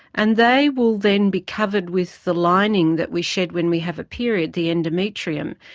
and they will then be covered with the lining that we shed when we have a period, the endometrium.